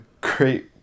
great